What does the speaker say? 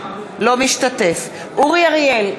אורי אריאל,